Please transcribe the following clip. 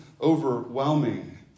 overwhelming